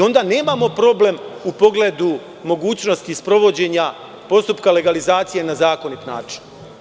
Onda nemamo problem u pogledu mogućnosti sprovođenja postupka legalizacije na zakonit način.